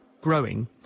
growing